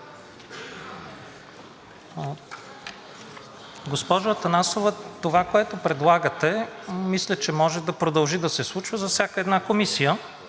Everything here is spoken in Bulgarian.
Госпожо Атанасова, това, което предлагате, мисля, че може да продължи да се случва за всяка една комисия.